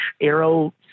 arrow